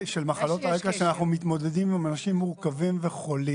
הוא שאנחנו מתמודדים עם אנשים חולים מורכבים.